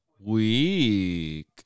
week